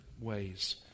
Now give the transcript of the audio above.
ways